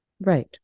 Right